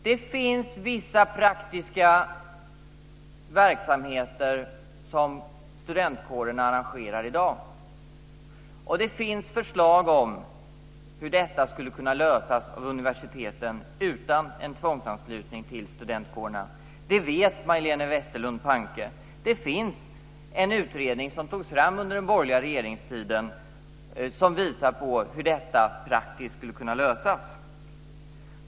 Det finns vissa praktiska verksamheter som studentkåren arrangerar i dag, och det finns förslag om hur man ska kunna lösa detta av universitet utan en tvångsanslutning till studentkårerna, det vet Majléne Westerlund Panke. Under den borgerliga regeringstiden togs det fram en utredning som visade på hur det här praktiskt skulle kunna lösas.